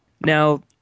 Now